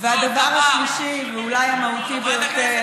והדבר השלישי ואולי המהותי ביותר,